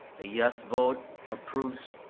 a yes vote approves